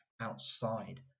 outside